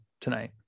tonight